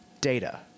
data